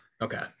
okay